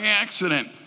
accident